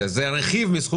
הוא ענה לך.